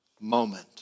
moment